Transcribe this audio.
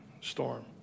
storm